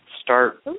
start